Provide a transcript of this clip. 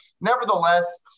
nevertheless